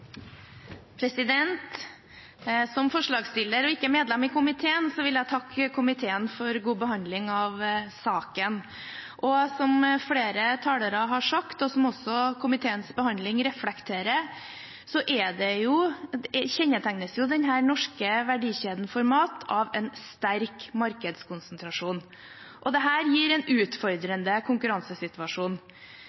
ikke medlem i komiteen vil jeg takke komiteen for god behandling av saken. Som flere talere har sagt, og som også komiteens behandling reflekterer, kjennetegnes jo den norske verdikjeden for mat av en sterk markedskonsentrasjon, og dette gir en utfordrende konkurransesituasjon.